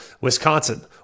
Wisconsin